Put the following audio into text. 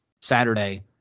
Saturday